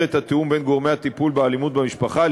את התיאום בין גורמי הטיפול באלימות במשפחה,